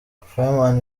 fireman